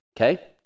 okay